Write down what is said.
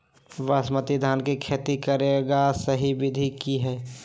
बासमती धान के खेती करेगा सही विधि की हय?